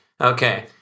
Okay